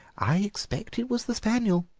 i expect it was the spaniel,